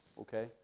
Okay